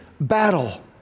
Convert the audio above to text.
battle